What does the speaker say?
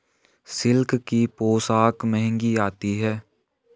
silk की पोशाक महंगी आती है